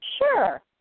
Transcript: Sure